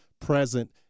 present